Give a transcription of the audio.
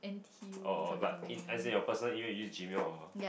or or but in as in your personal email use Gmail or